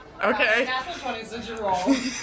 Okay